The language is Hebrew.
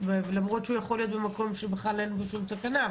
למרות שהוא יכול להיות במקום שאין בו שום סכנה.